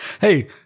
Hey